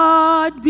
God